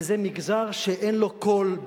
וזה מגזר שאין לו קול,